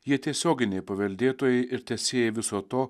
jie tiesioginiai paveldėtojai ir tęsėjai viso to